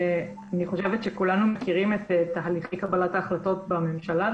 אני חושבת שכולנו מכירים את תהליכי קבלת ההחלטות בממשלה.